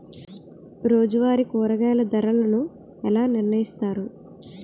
రోజువారి కూరగాయల ధరలను ఎలా నిర్ణయిస్తారు?